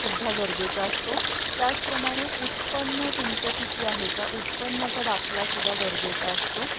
सुद्धा गरजेचा असतो त्याचप्रमाणे उत्पन्न तुमचं किती आहे त्या उत्पन्नाचा दाखलासुद्धा गरजेचा असतो